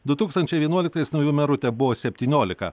du tūkstančiai vienuoliktais naujų merų tebuvo septyniolika